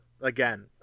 again